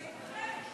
זה יקרה.